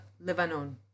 Lebanon